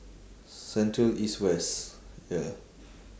central east west ya